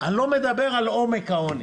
אני לא מדבר על עומק העוני.